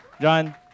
John